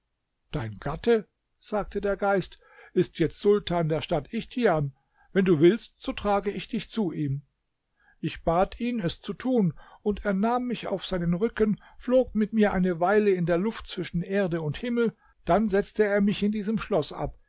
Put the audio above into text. dein gatte sagte der geist ist jetzt sultan der stadt ichtian wenn du willst so trage ich dich zu ihm ich bat ihn es zu tun und er nahm mich auf seinen rücken flog mit mir eine weile in der luft zwischen erde und himmel dann setzte er mich in diesem schloß ab